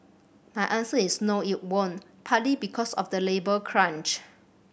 my answer is no it won't partly because of the labour crunch